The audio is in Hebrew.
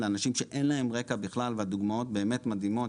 מדובר באנשים שאין להם רקע בכלל והדוגמאות באמת מדהימות,